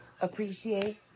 appreciate